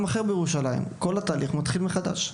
אחר בירושלים כל התהליך מתחיל מחדש.